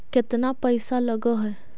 केतना पैसा लगय है?